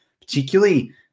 particularly –